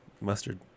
Mustard